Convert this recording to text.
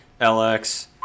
LX